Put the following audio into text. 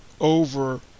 over